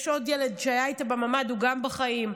יש עוד ילד שהיה איתה בממ"ד, הוא גם בחיים.